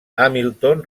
hamilton